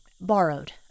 Borrowed